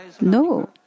No